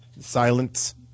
Silence